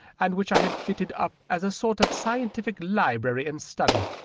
and which i had fitted up as a sort of scientific library and study,